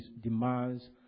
demands